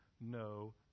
no